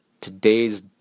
today's